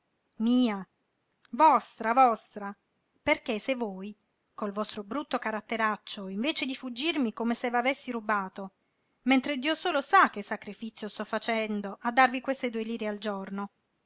mia vostra vostra perché se voi col vostro brutto caratteraccio invece di fuggirmi come se v'avessi rubato mentre dio solo sa che sacrifizio sto facendo a darvi queste due lire al giorno